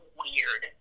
weird